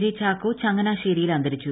J Chacko ചങ്ങനാശേരിയിൽ അന്തരിച്ചു